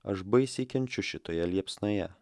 aš baisiai kenčiu šitoje liepsnoje